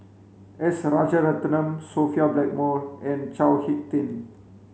S Rajaratnam Sophia Blackmore and Chao Hick Tin